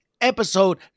episode